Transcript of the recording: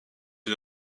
une